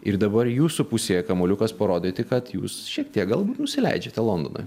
ir dabar jūsų pusėje kamuoliukas parodyti kad jūs šiek tiek galbūt nusileidžiate londonui